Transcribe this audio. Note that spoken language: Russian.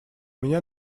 меня